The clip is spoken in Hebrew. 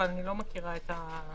אבל אני לא מכירה את העניין.